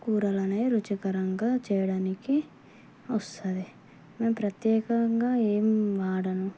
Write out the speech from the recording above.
కురాలు అనేవి రుచికరంగా చేయడానికి వస్తుంది మేము ప్రత్యేకంగా ఏం వాడను